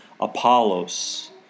Apollos